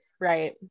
right